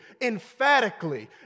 emphatically